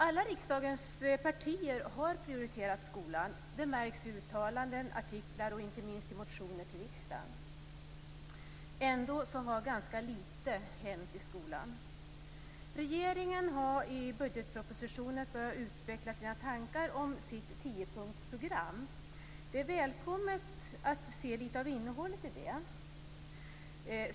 Alla riksdagens partier har prioriterat skolan. Det märks i uttalanden, i artiklar och, inte minst, i motioner till riksdagen. Ändå har ganska lite hänt i skolan. Regeringen har i budgetpropositionen börjat utveckla sina tankar om sitt tiopunktsprogram. Det är välkommet att vi ser lite av innehållet i det.